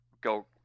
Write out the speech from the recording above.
go